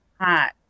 hot